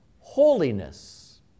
holiness